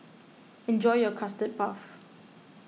enjoy your Custard Puff